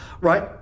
right